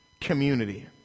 community